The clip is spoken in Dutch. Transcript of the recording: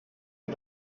hij